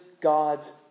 God's